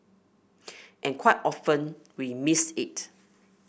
and quite often we missed it